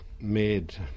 made